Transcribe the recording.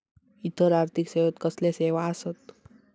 इतर आर्थिक सेवेत कसले सेवा आसत?